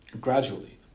Gradually